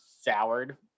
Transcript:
soured